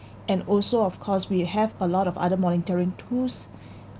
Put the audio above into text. and also of course we have a lot of other monitoring tools